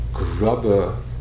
rubber